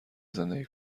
زندگی